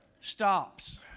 stops